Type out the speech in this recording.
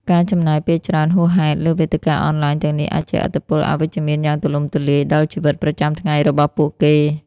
ការចំណាយពេលច្រើនហួសហេតុលើវេទិកាអនឡាញទាំងនេះអាចជះឥទ្ធិពលអវិជ្ជមានយ៉ាងទូលំទូលាយដល់ជីវិតប្រចាំថ្ងៃរបស់ពួកគេ។